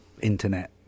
internet